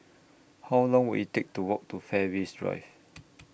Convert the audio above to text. How Long Will IT Take to Walk to Fairways Drive